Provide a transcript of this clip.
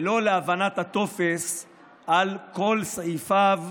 ולא להבנת הטופס על כל סעיפיו,